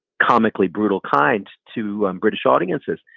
comically brutal kind to um british audiences.